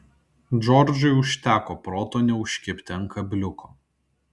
džordžui užteko proto neužkibti ant kabliuko